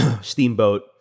Steamboat